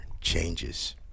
changes